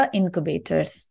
incubators